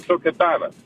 tokią tarą